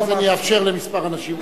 אחרי זה אני אאפשר לכמה אנשים.